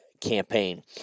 campaign